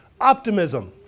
optimism